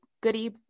goody